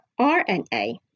RNA